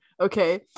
okay